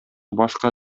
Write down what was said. башка